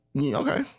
Okay